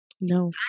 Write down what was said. No